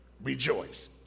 rejoice